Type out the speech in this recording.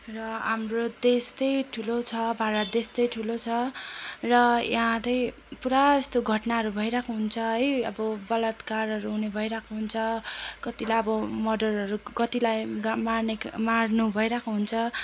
र हाम्रो देश चाहिँ ठुलो छ भारत देश चाहिँ ठुलो छ र यहाँ चाहिँ पुरा यस्तो घटनाहरू भइरहेको हुन्छ है अब बलात्कारहरू हुने भइरहेको हुन्छ कतिलाई अब मर्डरहरू कतिलाई गा मार्ने मार्नु भइरहेको हुन्छ